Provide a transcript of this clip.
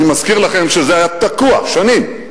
אני מזכיר לכם שזה היה תקוע שנים.